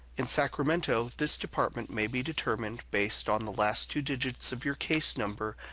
in sacramento, this department may be determined based on the last two digits of your case number,